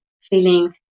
feeling